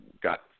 got